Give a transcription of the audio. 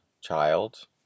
child